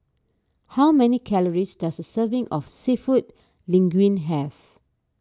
how many calories does a serving of Seafood Linguine have